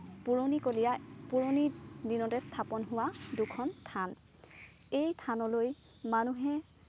পুৰণিকলীয়া পুৰণি দিনতে স্থাপন হোৱা দুখন থান এই থানলৈ মানুহে